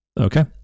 Okay